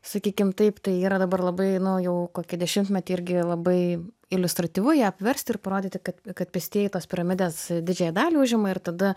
sakykim taip tai yra dabar labai nu jau kokį dešimtmetį irgi labai iliustratyvu ją apversti ir parodyti kad kad pėstieji tos piramidės didžiąją dalį užima ir tada